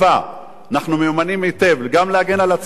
אנחנו מיומנים היטב, גם להגן על עצמנו, נא לסכם.